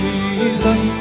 Jesus